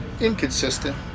Inconsistent